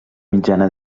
mitjana